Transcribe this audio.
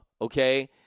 okay